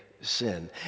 sin